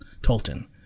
Tolton